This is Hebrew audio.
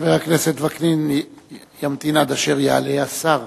חבר הכנסת וקנין ימתין עד אשר יעלה השר.